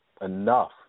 enough